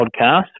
podcast